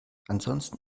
ansonsten